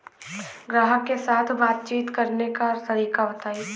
ग्राहक के साथ बातचीत करने का तरीका बताई?